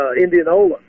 Indianola